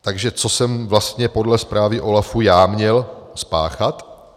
Takže co jsem vlastně podle zprávy OLAFu já měl spáchat?